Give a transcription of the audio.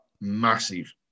massive